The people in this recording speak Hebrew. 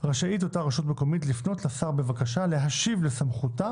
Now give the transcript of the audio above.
רשאית אותה רשות מקומית לפנות לשר בבקשה להשיב לסמכותה